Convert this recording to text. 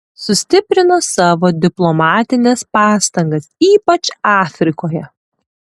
sustiprino savo diplomatines pastangas ypač afrikoje